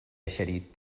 eixerit